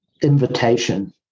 invitation